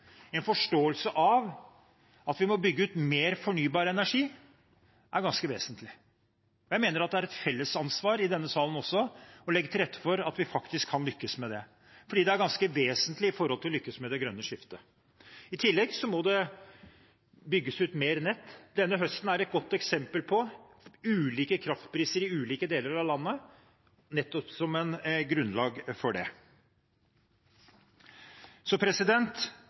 en forståelse av at vi må bygge ut mer fornybar energi, er ganske vesentlig. Jeg mener at det er et felles ansvar i denne salen også å legge til rette for at vi faktisk kan lykkes med det, for det er ganske vesentlig for å lykkes med det grønne skiftet. I tillegg må det bygges ut mer nett. Denne høsten er et godt eksempel på ulike kraftpriser i ulike deler av landet, nettopp som grunnlag for det.